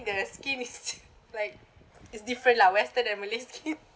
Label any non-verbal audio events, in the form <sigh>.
the skin is <laughs> like is different lah western and malay skin